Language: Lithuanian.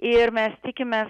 ir mes tikimės